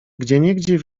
gdzieniegdzie